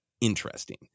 interesting